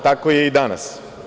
Tako je i danas.